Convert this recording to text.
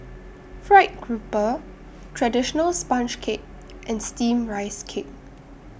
Fried Grouper Traditional Sponge Cake and Steamed Rice Cake